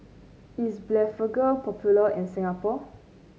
is Blephagel popular in Singapore